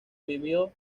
vivió